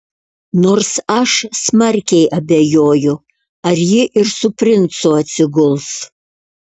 nors aš smarkiai abejoju ar ji ir su princu atsiguls